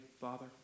Father